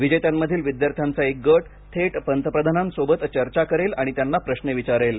विजेत्यांमधील विद्यार्थ्यांचा एक गट थेट पंतप्रधानांसोबत चर्चा करेल आणि त्यांना प्रश्न विचारेल